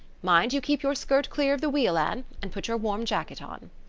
mind you keep your skirt clear of the wheel, anne, and put your warm jacket on.